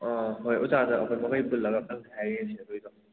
ꯑꯥ ꯍꯣꯏ ꯑꯣꯖꯥꯗ ꯑꯩꯈꯣꯏ ꯃꯈꯩ ꯄꯨꯟꯂꯒ ꯑꯝꯇꯪ ꯍꯥꯏꯔ ꯌꯦꯡꯁꯤ ꯑꯗꯨ ꯑꯣꯏꯔꯒ